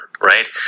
right